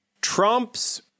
Trump's